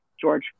George